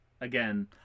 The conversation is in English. Again